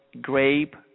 grape